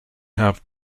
have